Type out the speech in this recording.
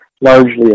largely